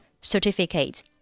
Certificate